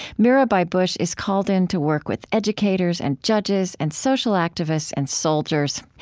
mirabai bush is called in to work with educators and judges and social activists and soldiers.